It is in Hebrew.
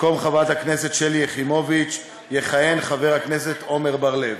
במקום חברת הכנסת שלי יחימוביץ יכהן חבר הכנסת עמר בר-לב.